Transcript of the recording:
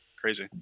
crazy